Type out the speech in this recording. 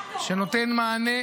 שנותן מענה